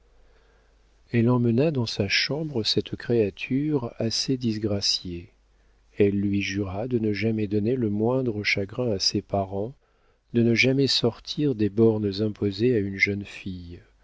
elle emmena dans sa chambre cette créature assez disgraciée elle lui jura de ne jamais donner le moindre chagrin à ses parents de ne jamais sortir des bornes imposées à une jeune fille